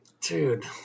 dude